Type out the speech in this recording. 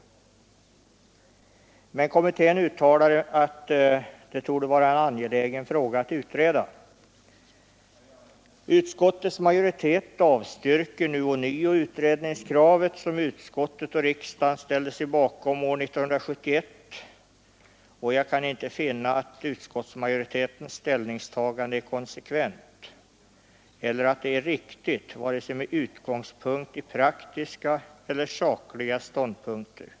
Kommittén uttalar emellertid att det torde vara en angelägen fråga att utreda. Utskottets majoritet avstyrker nu ånyo utredningskravet, som utskottet och riksdagen ställde sig bakom år 1971. Jag kan inte finna att utskottsmajoritetens ställningstagande är konsekvent eller att det är riktigt vare sig med utgångspunkt i praktiska eller sakliga ståndpunkter.